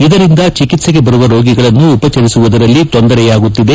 ಇದರಿಂದ ಚಿಕಿತ್ಸೆಗೆ ಬರುವ ರೋಗಿಗಳನ್ನು ಉಪಚರಿಸುವುದರಲ್ಲಿ ತೊಂದರೆಯಾಗುತ್ತಿದೆ